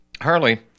Harley